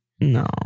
No